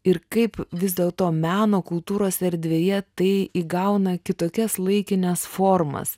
ir kaip vis dėlto meno kultūros erdvėje tai įgauna kitokias laikinas formas